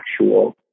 actual